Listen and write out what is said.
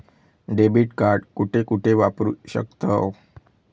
Debit card कुठे कुठे वापरू शकतव?